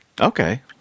Okay